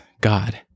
God